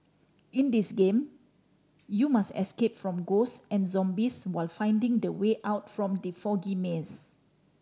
in this game you must escape from ghosts and zombies while finding the way out from the foggy maze